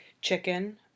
chicken